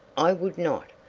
i would not,